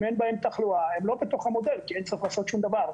אם אין בהן תחלואה הן לא בתוך המודל כי אין צורך לעשות שום דבר.